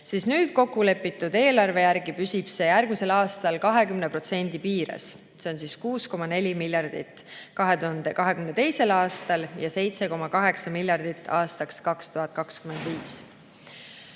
siis nüüd kokku lepitud eelarve järgi püsib see järgmisel aastal 20% piires, see on 6,4 miljardit 2022. aastal ja 7,8 miljardit aastaks 2025.